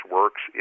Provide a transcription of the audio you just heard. works